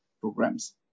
programs